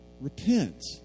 Repent